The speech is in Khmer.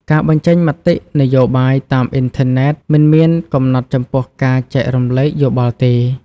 ការបញ្ចេញមតិនយោបាយតាមអ៊ីនធឺណិតមិនមានកំណត់ចំពោះការចែករំលែកយោបល់ទេ។